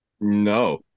No